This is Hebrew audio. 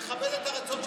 נכבד את הרצון שלך,